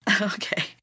okay